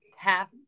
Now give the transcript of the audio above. Half